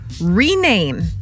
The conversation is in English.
rename